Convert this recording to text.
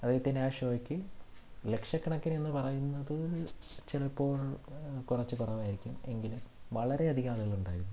അദ്ദേഹത്തിൻ്റെ ആ ഷോയ്ക്ക് ലക്ഷക്കണക്കിനെന്നു പറയുന്നത് ചിലപ്പോൾ കുറച്ച് കുറവായിരിക്കും എങ്കിലും വളരെയധികം ആളുകളുണ്ടായിരുന്നു